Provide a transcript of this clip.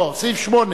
לא, סעיף 8,